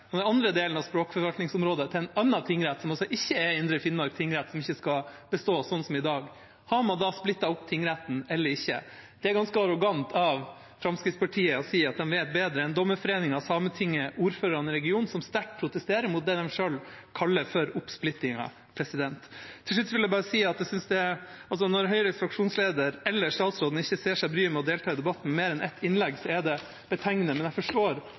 og den andre delen av språkforvaltningsområdet til en annen tingrett – som altså ikke er Indre Finnmark tingrett, som ikke skal bestå som i dag – har man da splittet opp tingretten eller ikke? Det er ganske arrogant av Fremskrittspartiet å si at de vet bedre enn Dommerforeningen, Sametinget og ordførerne i regionen, som sterkt protesterer mot det de selv kaller oppsplittingen. Til slutt vil jeg bare si at når Høyres fraksjonsleder eller statsråden ikke tar seg bryet med å delta i debatten med mer enn ett innlegg, er det betegnende. Jeg forstår